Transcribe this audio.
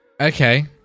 okay